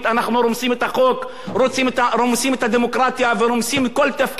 רומסים את הדמוקרטיה ורומסים כל תפקיד שלשמו באנו,